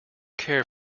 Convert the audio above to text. care